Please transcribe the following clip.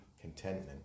contentment